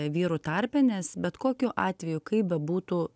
vyrų tarpe nes bet kokiu atveju kaip bebūtų